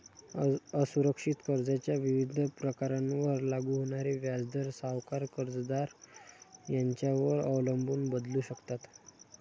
असुरक्षित कर्जाच्या विविध प्रकारांवर लागू होणारे व्याजदर सावकार, कर्जदार यांच्यावर अवलंबून बदलू शकतात